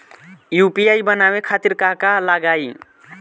UPI बनावे खातिर का का लगाई?